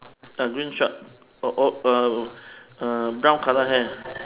ah green short oh oh err uh brown colour hair